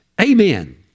Amen